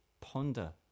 Ponder